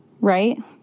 right